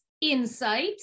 insight